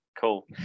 Cool